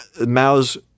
Mao's